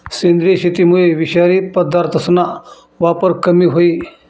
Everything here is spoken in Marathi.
सेंद्रिय शेतीमुये विषारी पदार्थसना वापर कमी व्हयी